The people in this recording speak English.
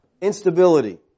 Instability